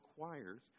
requires